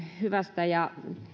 hyvästä ja